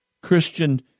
Christian